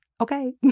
Okay